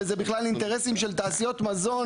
וזה בכלל אינטרסים של תעשיות מזון